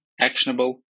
actionable